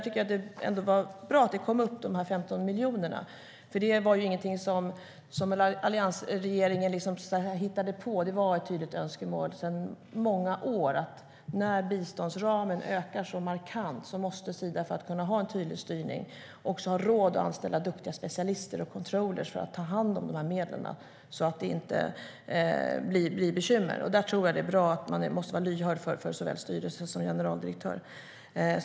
Det var bra att de 15 miljonerna togs upp. Det var ingenting som alliansregeringen hittade på, utan det var ett tydligt önskemål sedan många år att när biståndsramen ökar så markant måste Sida för att kunna utöva en tydlig styrning också ha råd att anställa duktiga specialister och controllers för att ta hand om medlen utan bekymmer. Där är det bra att vara lyhörd för såväl styrelse som generaldirektör.